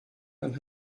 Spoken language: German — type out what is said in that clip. einen